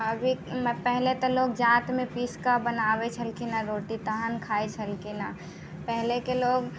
अभी पहिने तऽ लोक जाँतमे पीस कऽ बनाबैत छलखिन हेँ रोटी तखन खाइत छलखिन हेँ पहिनेके लोक